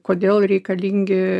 kodėl reikalingi